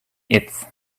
its